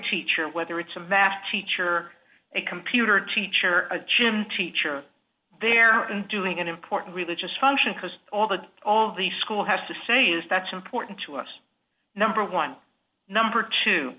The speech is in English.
teacher whether it's a vast teacher a computer teacher a chim teacher there and doing an important religious function because all that all the school has to say is that's important to us number one number two